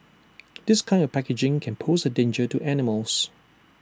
this kind of packaging can pose A danger to animals